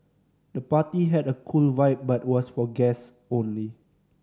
the party had a cool vibe but was for guests only